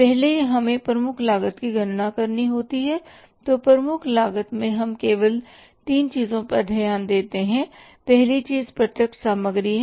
पहले हमें प्रमुख लागत की गणना करनी होती है तो प्रमुख लागत में हम केवल तीन चीजों पर ध्यान देते हैं पहली चीज प्रत्यक्ष सामग्री है